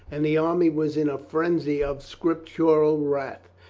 and the army was in a frenzy of scriptural wrath.